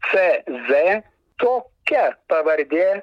c z tokia pavardė